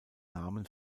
name